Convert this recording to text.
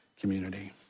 community